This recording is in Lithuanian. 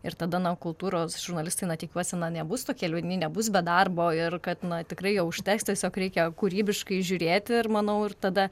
ir tada na kultūros žurnalistai na tikiuosi na nebus tokie liūdni nebus be darbo ir kad na tikrai jo užteks tiesiog reikia kūrybiškai žiūrėti ir manau ir tada